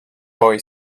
boy